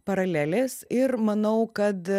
paralelės ir manau kad